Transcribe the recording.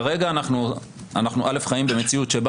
כרגע אנחנו קודם כול חיים במציאות שבה